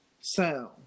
sound